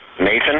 Nathan